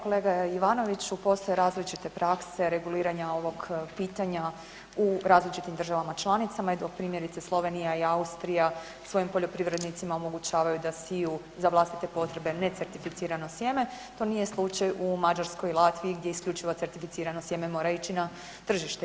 Kolega Ivanoviću, postoje različite prakse reguliranja ovog pitanja u različitim državama članicama i dok primjerice Slovenija i Austrija svojim poljoprivrednicima omogućavaju da siju za vlastite potrebe necertificirano sjeme, to nije slučaj u Mađarskoj i Latviji gdje je isključivo certificirano sjeme mora ići na tržište.